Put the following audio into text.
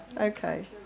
okay